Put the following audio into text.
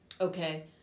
Okay